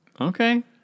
Okay